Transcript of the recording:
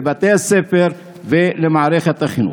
לבתי הספר ולמערכת החינוך.